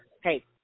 hey